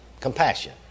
Compassion